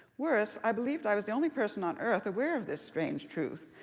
whereas i believed i was the only person on earth aware of this strange truth.